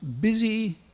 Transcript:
busy